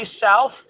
South